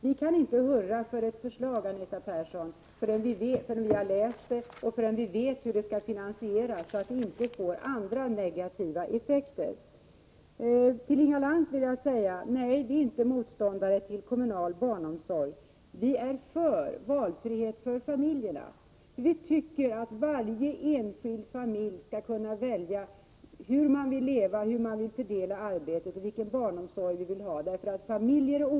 Vi kan inte hurra för ett förslag, Anita Persson, förrän vi har läst det och vet hur det skall finansieras, så att det inte får några negativa effekter. Till Inga Lantz vill jag säga att vi inte är motståndare till kommunal barnomsorg. Vi är för valfrihet för familjerna. Vi tycker att varje enskild familj skall kunna välja hur den vill leva, hur den vill fördela arbetet och vilken barnomsorg den vill ha. Familjer är.